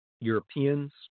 Europeans